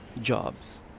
Jobs